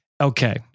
Okay